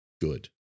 good